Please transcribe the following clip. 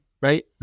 right